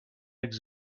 eggs